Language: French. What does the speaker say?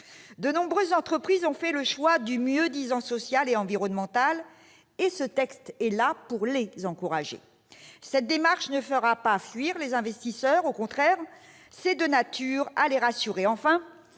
De nombreuses entreprises ont fait le choix du mieux-disant social et environnemental, et ce texte est là pour les encourager. Cette démarche ne fera pas fuir les investisseurs. Au contraire, elle est de nature à les rassurer.